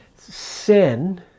Sin